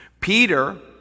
Peter